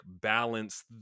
balance